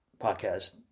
podcast